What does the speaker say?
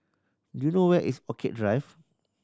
do you know where is Orchid Drive